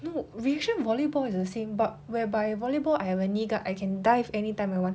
no reaction volleyball it's the same but whereby volleyball I have a knee guard I can dive anytime I want